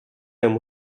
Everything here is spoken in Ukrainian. йому